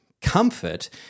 comfort